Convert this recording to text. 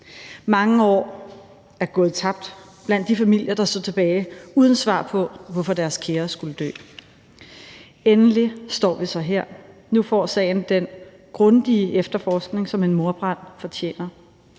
Mange år er gået tabt blandt de familier, der står tilbage uden svar på, hvorfor deres kære skulle dø. Endelig står vi så her: Nu får sagen den grundige efterforskning, som en mordbrand fortjener.